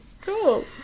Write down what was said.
Cool